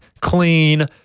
clean